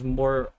more